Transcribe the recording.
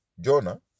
Jonah